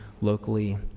locally